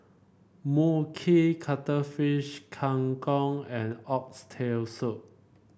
Mui Kee Cuttlefish Kang Kong and Oxtail Soup